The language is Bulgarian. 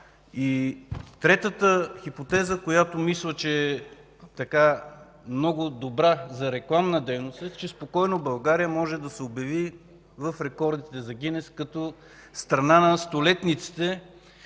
Третата хипотеза, която мисля, че е много добра за рекламна дейност – България спокойно може да се обяви в рекордите за Гинес като страна на столетниците.